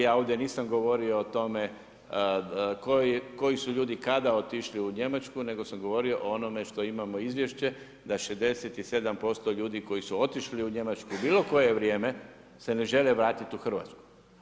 Ja ovdje nisam govorio o tome koji su ljudi kada otišli u Njemačku nego sam govorio o onome što imamo izvješće da 67% ljudi koji su otišli u Njemačku, u bilo koje vrijeme se ne žele vratiti u Hrvatsku.